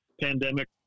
pandemic